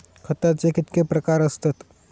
खताचे कितके प्रकार असतत?